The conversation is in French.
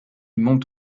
monte